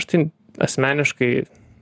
aš tai asmeniškai